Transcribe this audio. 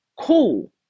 Cool